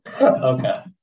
Okay